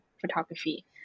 photography